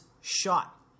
shot